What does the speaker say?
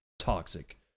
Toxic